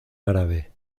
árabe